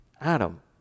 Adam